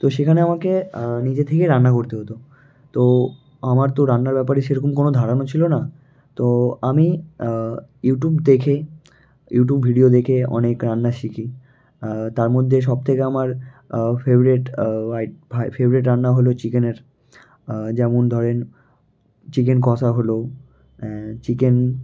তো সেখানে আমাকে নিজে থেকেই রান্না করতে হতো তো আমার তো রান্নার ব্যাপারে সেরকম কোনো ধারণা ছিলো না তো আমি ইউটিউব দেখে ইউটিউব ভিডিও দেখে অনেক রান্না শিখি তার মধ্যে সবথেকে আমার ফেভারিট ওয়াইট ফ্রাই ফেভরিট রান্না হলো চিকেনের যেমন ধরেন চিকেন কষা হলো চিকেন